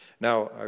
Now